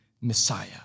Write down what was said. Messiah